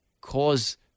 cause